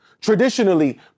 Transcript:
Traditionally